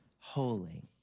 holy